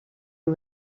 nhw